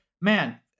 man